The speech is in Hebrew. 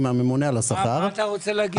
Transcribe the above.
מה אתה רוצה להגיד?